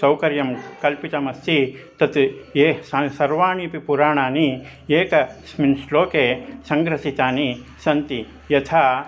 सौकर्यं कल्पितमस्ति तत् ये सा सर्वाणि अपि पुराणानि एकस्मिन् श्लोके सङ्ग्रहितानि सन्ति यथा